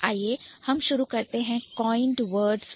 आइए हम शुरु करते हैं Coined Words से